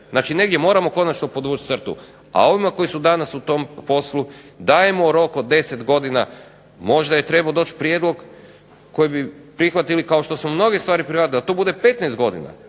Znači, negdje moramo konačno podvući crtu. A ovima koji su danas u tom poslu dajemo rok od 10 godina, možda je trebao doći prijedlog koji bi prihvatili kao što smo mnoge stvari prihvatili, da to bude 15 godina,